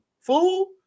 fool